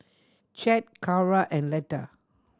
Chet Cara and Letta